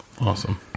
awesome